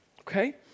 okay